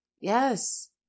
Yes